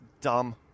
dumb